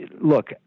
look